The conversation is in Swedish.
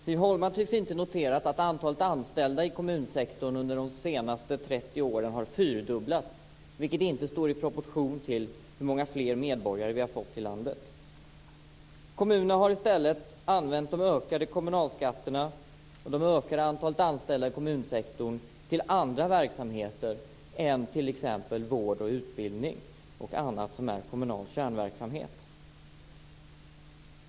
Siv Holma tycks inte ha noterat att antalet anställda i kommunsektorn under de senaste 30 åren har fyrdubblats, vilket inte står i proportion till hur många fler medborgare det finns i landet. Kommunerna har i stället använt de ökade kommunalskatterna och de utökade antalet anställda i kommunsektorn till andra verksamheter än t.ex. vård, utbildning och annat som är kommunal kärnverksamhet.